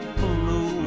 blue